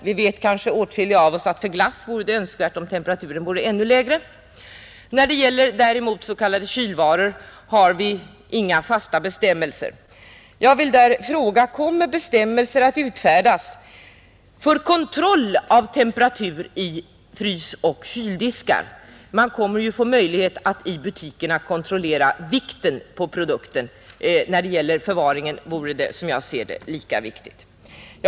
Vi vet kanske åtskilliga av oss att det för glass vore önskvärt om temperaturen vore ännu lägre. När det däremot gäller s.k. kylvaror har vi inga fasta bestämmelser. Jag vill där fråga: Kommer bestämmelser att utfärdas för kontroll av temperaturen i frysoch kyldiskar? Man kommer ju att få möjlighet att i butikerna kontrollera vikten på produkten. När det gäller förvaringen vore det, som jag ser det, lika viktigt med en kontrollmöjlighet.